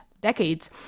decades